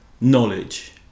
knowledge